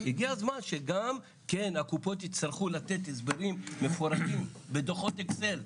הגיע הזמן שגם כן הקופות יצטרכו לתת הסברים מפורטים בדו"חות אקסל,